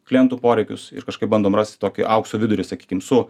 klientų poreikius ir kažkaip bandom rasti tokį aukso vidurį sakykim su